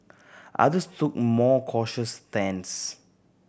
others took more cautious stance